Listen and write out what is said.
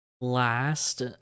last